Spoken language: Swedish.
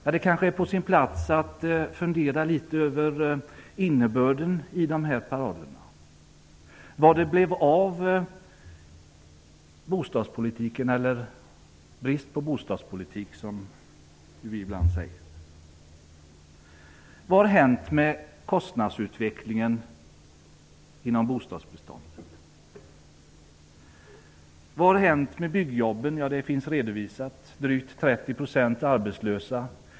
Det är kanske på sin plats att fundera litet över innebörden i de här parollerna, att fundera över vad det blev av bostadspolitiken -- eller bristen på bostadspolitik, som vi ibland säger. Vad har hänt med kostnadsutvecklingen i fråga om bostadsbeståndet? Vad har hänt med byggjobben? Ja, det finns redovisat: Drygt 30 % av byggarbetarna är arbetslösa.